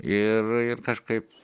ir ir kažkaip